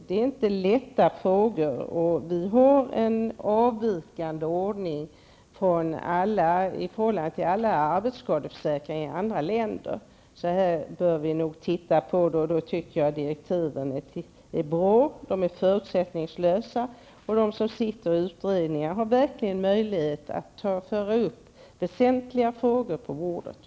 De är inte lätta att lösa, och vi i Sverige har en avvikande ordning i förhållande till arbetsskadeförsäkringar i andra länder. Jag tycker att direktiven är bra och förutsättningslösa. De som sitter i utredningar har verkligen möjlighet att föra upp väsentliga frågor på dagordningen.